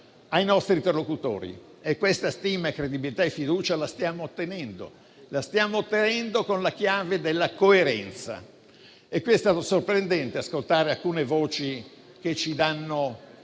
dai nostri interlocutori. Questa stima, credibilità e fiducia le stiamo ottenendo con la chiave della coerenza. È stato sorprendente ascoltare alcune voci che ci